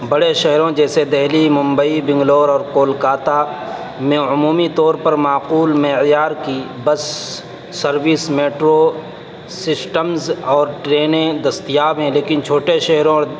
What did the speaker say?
بڑے شہروں جیسے دلی ممبئی بنگلور اور کولکاتہ میں عمومی طور پر معقول معیار کی بس سروس میٹرو سسٹمز اور ٹرینیں دستیاب ہیں لیکن چھوٹے شہروں اور